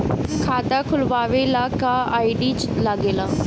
खाता खोलवावे ला का का आई.डी लागेला?